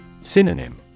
Synonym